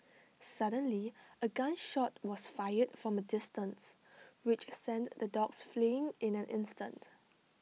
suddenly A gun shot was fired from A distance which sent the dogs fleeing in an instant